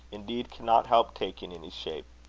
indeed cannot help taking any shape,